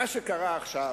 מה שקרה עכשיו,